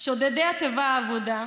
שודדי התיבה האבודה,